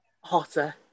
Hotter